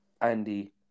Andy